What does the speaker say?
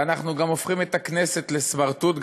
ואנחנו גם הופכים את הכנסת לסמרטוט.